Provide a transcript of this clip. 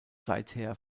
seither